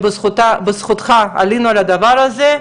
שבזכותך עלינו על הדבר הזה,